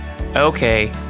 Okay